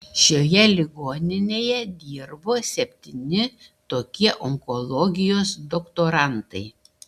šioje ligoninėje dirbo septyni tokie onkologijos doktorantai